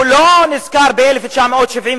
הוא לא נזכר ב-1973,